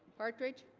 partridge